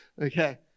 Okay